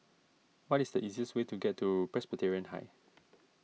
what is the easiest way to get to Presbyterian High